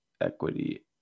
Equity